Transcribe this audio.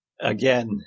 Again